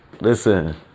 Listen